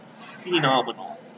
phenomenal